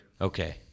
Okay